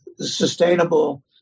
sustainable